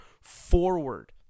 forward